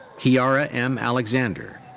kiara m. alexander.